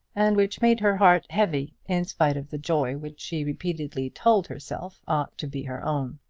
and which made her heart heavy in spite of the joy which she repeatedly told herself ought to be her own.